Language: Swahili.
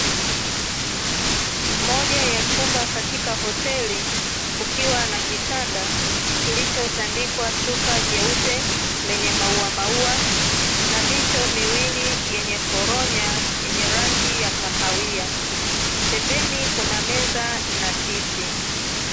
Moja ya chumba katika hoteli, kukiwa na kitanda kilichotandikwa shuka jeupe lenye mauamaua na mito miwili yenye foronya yenye rangi ya kahawia, pembeni kuna meza na kiti.